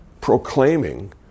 proclaiming